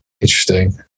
Interesting